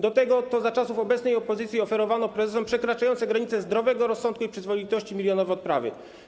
Do tego za czasów rządów obecnej opozycji oferowano prezesom przekraczające granice zdrowego rozsądku i przyzwoitości milionowe odprawy.